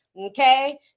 Okay